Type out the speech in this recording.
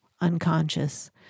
unconscious